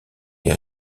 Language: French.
les